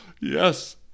Yes